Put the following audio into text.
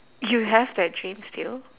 you have that dream still